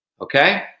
Okay